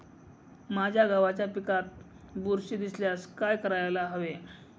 माझ्या गव्हाच्या पिकात बुरशी दिसल्यास काय करायला हवे?